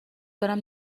برم